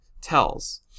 tells